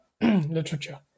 literature